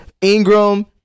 Ingram